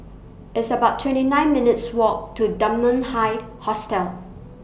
It's about twenty nine minutes' Walk to Dunman High Hostel